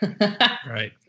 Right